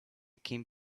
king